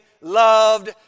loved